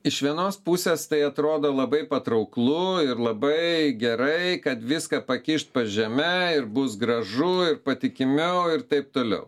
iš vienos pusės tai atrodo labai patrauklu ir labai gerai kad viską pakišt po žeme ir bus gražu ir patikimiau ir taip toliau